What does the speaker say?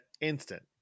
instant